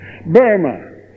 Burma